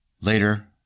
Later